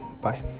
Bye